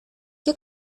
qué